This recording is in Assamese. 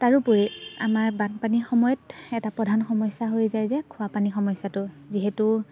তাৰোপৰি আমাৰ বানপানীৰ সময়ত এটা প্ৰধান সমস্যা হৈ যায় যে খোৱাপানী সমস্যাটো যিহেতু